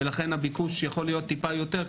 ולכן הביקוש יכול להיות טיפה יותר,